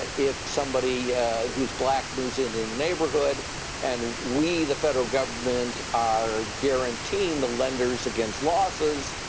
if somebody who is black moves into the neighborhood and we, the federal government, are guaranteeing the lenders against losses,